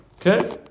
Okay